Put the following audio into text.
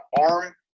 arm